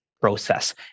process